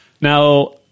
now